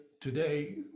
today